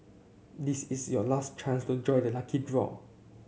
this is your last chance to join the lucky draw